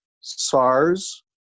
SARS